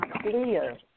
clear